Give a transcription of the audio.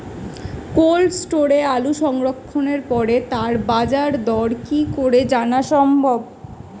Cold স্টোরে আলু সংরক্ষণের পরে তার বাজারদর কি করে জানা সম্ভব?